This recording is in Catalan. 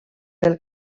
del